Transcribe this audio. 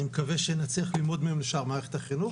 מקווה שנצליח ללמוד מהם לשאר מערכת החינוך,